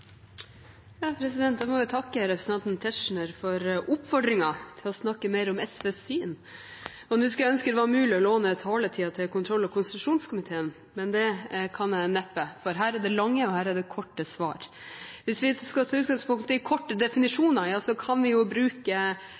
må takke representanten Tetzschner for oppfordringen om å snakke mer om SVs syn. Og nå skulle jeg ønske det var mulig å låne taletiden til kontroll- og konstitusjonskomiteen, men det kan jeg neppe, for her er det lange og her er det korte svar. Hvis vi skal ta utgangspunkt i korte definisjoner – ja, så kan vi jo bruke